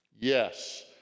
Yes